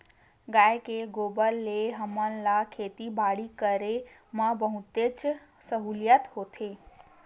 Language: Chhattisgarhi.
गाय के गोबर ले हमला खेती बाड़ी करे म बहुतेच सहूलियत होथे